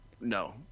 no